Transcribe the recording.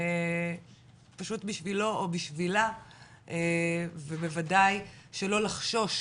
פשוט בשבילו או בשבילה ובוודאי שלא לחשוש,